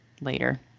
later